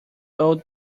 old